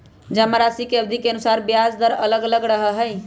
जमाराशि के अवधि के अनुसार ब्याज दर अलग अलग रहा हई